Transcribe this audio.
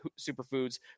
superfoods